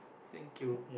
thank you